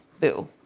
Boo